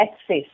access